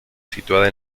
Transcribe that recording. situada